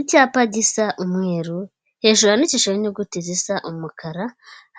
Icyapa gisa umweru hejuru handikishijeho inyuguti zisa umukara,